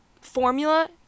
formula